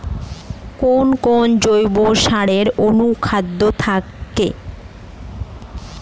কোন কোন জৈব সারে অনুখাদ্য থাকে?